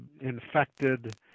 infected